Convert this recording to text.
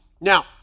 Now